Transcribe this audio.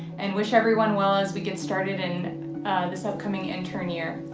and wish everyone well as we get started in this upcoming intern year.